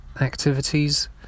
activities